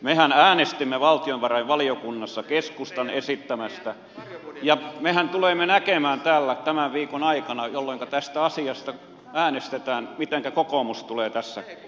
mehän äänestimme valtiovarainvaliokunnassa keskustan esittämästä vaihtoehdosta ja mehän tulemme näkemään täällä tämän viikon aikana jolloinka tästä asiasta äänestetään mitenkä kokoomus tulee tässä käyttäytymään